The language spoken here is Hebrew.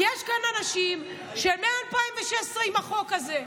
כי יש כאן אנשים שמ-2016 עם החוק הזה,